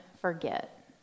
Forget